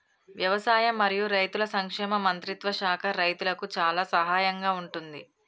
వ్యవసాయం మరియు రైతుల సంక్షేమ మంత్రిత్వ శాఖ రైతులకు చాలా సహాయం గా ఉంటుంది